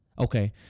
Okay